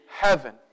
heaven